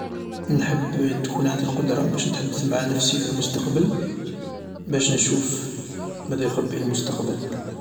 نحب تكون عندي القدرة باش نتحدث مع نفسي في المستقبل باش نشوف ماذا يخبىء المستقبل.